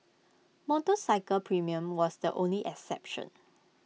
motorcycle premium was the only exception